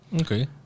Okay